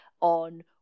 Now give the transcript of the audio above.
on